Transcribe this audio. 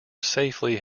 safely